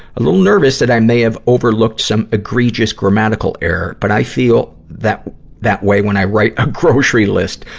a little nervous that i may have overlooked some egregious grammatical error. but i feel that that way when i write a grocery list,